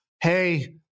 Hey